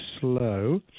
slow